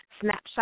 snapshot